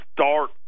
start